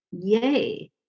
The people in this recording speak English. yay